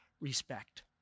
respect